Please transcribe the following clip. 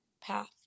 path